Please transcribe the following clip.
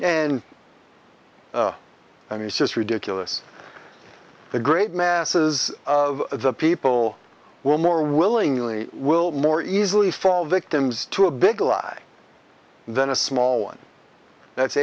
and i mean it's just ridiculous the great masses of the people will more willingly will more easily fall victims to a big lie than a small one that's